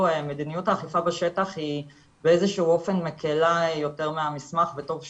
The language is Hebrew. מדיניות האכיפה בשטח היא באיזה שהוא אופן מקלה יותר מהמסמך וטוב שכך.